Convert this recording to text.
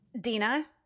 Dina